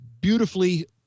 beautifully